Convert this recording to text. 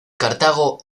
cartago